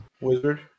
Wizard